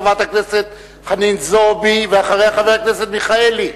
חברת הכנסת חנין זועבי, ואחריה, חבר הכנסת מיכאלי.